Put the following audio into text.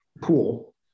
pool